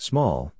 Small